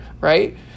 right